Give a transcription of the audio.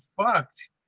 fucked